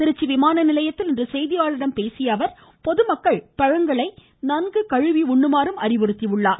திருச்சி விமான நிலையத்தில் இன்று செய்தியாளர்களிடம் பேசிய அவர் பொதுமக்கள் பழங்களை நன்கு கழுவி உண்ணுமாறும் அறிவுறுத்தினார்